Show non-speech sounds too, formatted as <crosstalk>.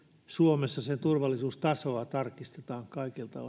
suomessa turvallisuustasoa tarkistetaan kaikilta <unintelligible>